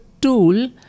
tool